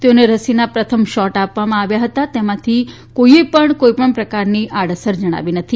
તેઓને રસીના પ્રથમ શોટ આપવામાં આવ્યા પછી તેમાંથી કોઈએ પણ કોઈપણ પ્રકારની આડ અસર જણાવી નથી